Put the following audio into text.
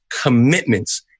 commitments